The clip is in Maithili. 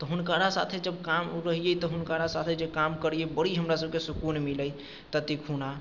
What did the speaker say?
तऽ हुनकरा साथे जब काम ओ रहियै हुनकरा साथे जब काम करियै तऽ बड़ी हमरा सभके सुकून मिलै तत्तेखुना